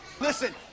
Listen